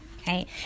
Okay